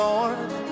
Lord